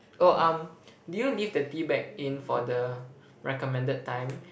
oh um do you leave the tea bag in for the recommended time